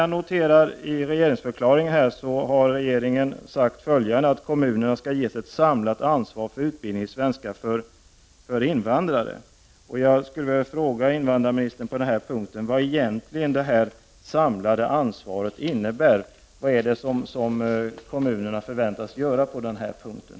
Jag noterar att regeringen i regeringsförklaringen sagt följande: ”kommunerna skall ges ett samlat ansvar för utbildning i svenska för invandrare”. Jag skulle därför vilja fråga invandrarministern vad det samlade ansvaret egentligen innebär. Vad är det som kommunerna förväntas göra på den här punkten?